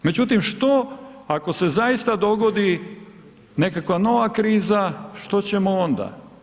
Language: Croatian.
Međutim što ako se zaista dogodi nekakva nova kriza, što ćemo onda?